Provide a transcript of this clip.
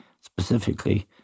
specifically